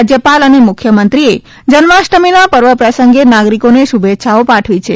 રાજ્યપાલ અને મુખ્યમંત્રીએ જન્માષ્ટમીના પર્વ પ્રસંગે નાગરિકોને શુભેચ્છાઓ પાઠવી છે